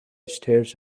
stares